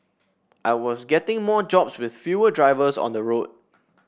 I was getting more jobs with fewer drivers on the road